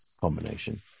combination